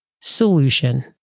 solution